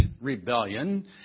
rebellion